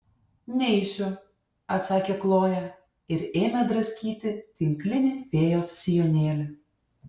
neisiu atsakė kloja ir ėmė draskyti tinklinį fėjos sijonėlį